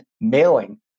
mailing